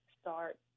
start